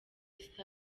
east